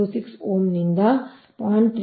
26 ಓಮ್ನಿಂದ 0